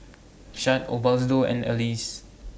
Shad Osbaldo and Elyse